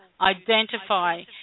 identify